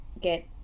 get